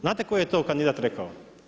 Znate koji je to kandidat rekao?